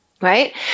right